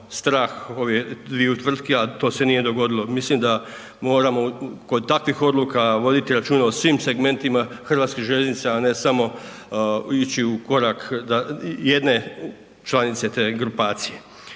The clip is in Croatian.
strah ovih dviju tvrtki, a to se nije dogodilo. Mislimo da moramo kod takvih odluka voditi računa o svim segmentima Hrvatskih željeznica, a ne samo ići u korak jedne članice te grupacije.